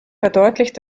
verdeutlicht